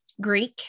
Greek